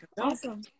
awesome